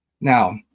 Now